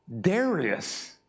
Darius